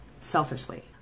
selfishly